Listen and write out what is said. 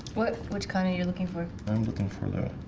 what which kind of you're looking for i'm looking for their